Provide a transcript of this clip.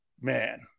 Man